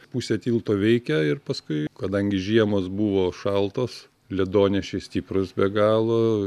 pusė tilto veikia ir paskui kadangi žiemos buvo šaltos ledonešiai stiprūs be galo